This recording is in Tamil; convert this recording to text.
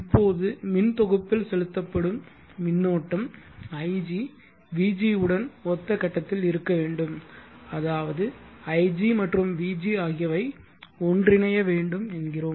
இப்போது மின் தொகுப்பில் செலுத்தப்படும் மின்னோட்டம் ig vg உடன் ஒத்த கட்டத்தில் இருக்க வேண்டும் அதாவது ig மற்றும் vg ஆகியவை ஒன்றிணைய வேண்டும் என்கிறோம்